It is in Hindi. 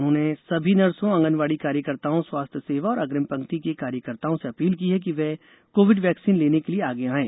उन्होंने सभी नर्सों आंगनवाड़ी कार्यकर्ताओं स्वास्थ्य सेवा और अग्रिम पंक्ति के कार्यकर्ताओं से अपील की है कि वे कोविड वैक्सीन लेने के लिए आगे आएं